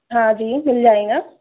हाँ जी मिल जाएगा